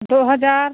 दो हजार